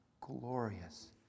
glorious